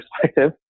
perspective